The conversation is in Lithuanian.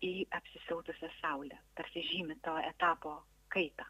į apsisiautusias saule tarsi žymi to etapo kaitą